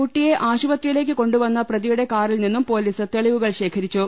കുട്ടിയെ ആശുപത്രിയിലേക്കു കൊണ്ടു വന്ന പ്രതിയുടെ കാറിൽ നിന്നും പൊലീസ് തെളിവുകൾ ശേഖരിച്ചു